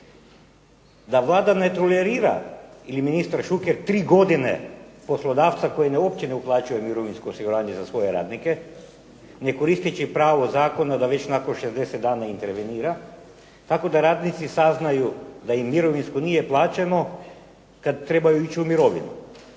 da Vlada ne tolerira ili ministar ŠUker tri godine poslodavca koji uopće ne uplaćuje mirovinsko osiguranje za svoje radnike, ne koristeći pravo zakona da već nakon 60 dana intervenira tako da radnici saznaju da im mirovinsko plaćeno kad trebaju ići u mirovinu.